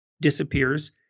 disappears